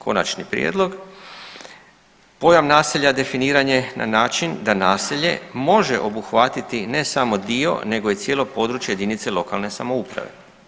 konačni prijedlog pojam naselja definiran je na način da naselje može obuhvatiti ne samo dio, nego i cijelo područje jedinice lokalne samouprave.